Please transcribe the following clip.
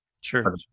Sure